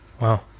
wow